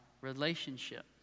relationship